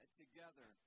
together